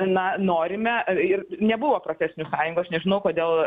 na norime ir nebuvo profesinių sąjungų aš nežinau kodėl